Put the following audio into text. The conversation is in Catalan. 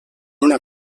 una